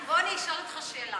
בוא אני אשאל אותך שאלה.